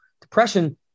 depression